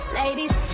ladies